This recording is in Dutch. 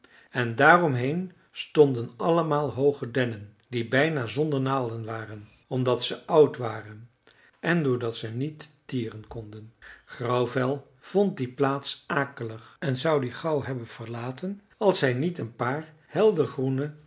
en daaromheen stonden allemaal hooge dennen die bijna zonder naalden waren omdat ze oud waren en doordat ze niet tieren konden grauwvel vond die plaats akelig en zou die gauw hebben verlaten als hij niet een paar